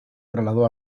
trasladó